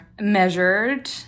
measured